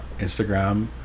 Instagram